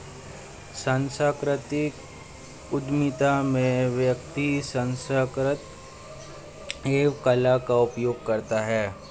सांस्कृतिक उधमिता में व्यक्ति संस्कृति एवं कला का उपयोग करता है